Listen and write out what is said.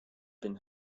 been